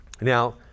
Now